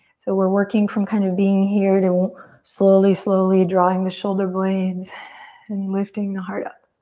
so we're working from kind of being here to slowly, slowly, drawing the shoulder blades and lifting the heart up.